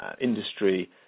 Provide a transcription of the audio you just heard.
industry